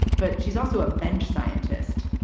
but she's also a bench scientist.